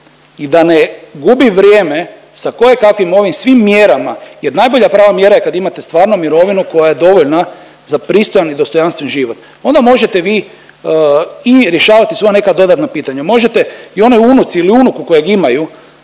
i da ne gube vrijeme s kojekakvim ovim svim mjerama jer najbolja prava mjera kad imate stvarno mirovinu koja je dovoljna za pristojan i dostojanstven život. Onda možete vi i rješavati svoja neka dodatna pitanja, možete i onoj unuci ili unuku kojeg imaju